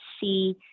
see